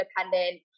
independent